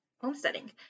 homesteading